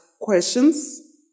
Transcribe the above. questions